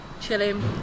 chilling